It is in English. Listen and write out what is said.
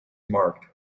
marked